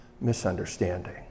misunderstanding